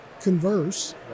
converse